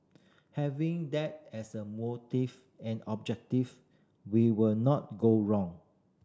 having that as a motive and objective we will not go wrong